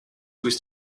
with